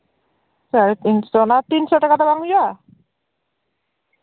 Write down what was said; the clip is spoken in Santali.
ᱚᱱᱟ ᱛᱤᱱᱥᱳ ᱴᱟᱠᱟ ᱛᱮ ᱵᱟᱝ ᱦᱩᱭᱩᱜᱼᱟ